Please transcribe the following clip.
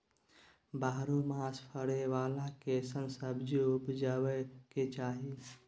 बारहो मास फरै बाला कैसन सब्जी उपजैब के चाही?